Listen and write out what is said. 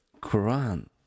quran